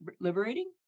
liberating